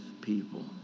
people